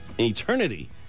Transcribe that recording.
eternity